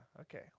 Okay